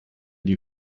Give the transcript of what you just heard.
die